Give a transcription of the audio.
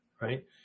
Right